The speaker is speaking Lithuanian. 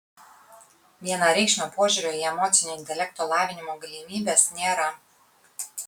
vienareikšmio požiūrio į emocinio intelekto lavinimo galimybes nėra